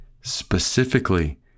specifically